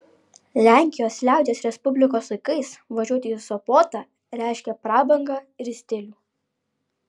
lenkijos liaudies respublikos laikais važiuoti į sopotą reiškė prabangą ir stilių